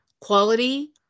quality